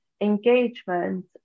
engagement